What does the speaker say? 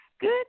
good